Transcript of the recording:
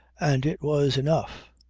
and it was enough.